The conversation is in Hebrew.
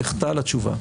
תחטא לתשובה.